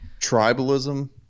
Tribalism